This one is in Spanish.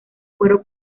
fueron